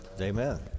Amen